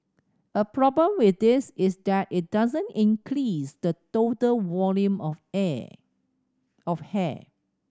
a problem with this is that it doesn't increase the total volume of of hair